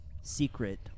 secret